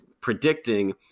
predicting